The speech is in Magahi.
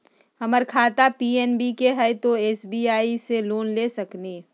हमर खाता पी.एन.बी मे हय, तो एस.बी.आई से लोन ले सकलिए?